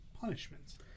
punishments